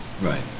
Right